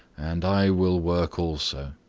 and i will work also.